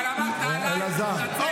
אבל אמרת עליי, תתנצל, תתנצל.